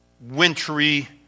wintry